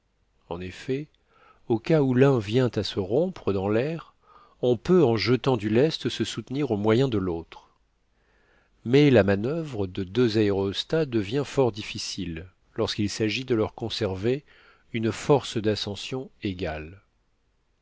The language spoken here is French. en effet au cas où l'un vient à se rompre dans l'air on peut en jetant du lest se soutenir au moyen de l'autre mais la manuvre de deux aérostats devient fort difficile lorsqu'il s'agit de leur conserver une force d'ascension égale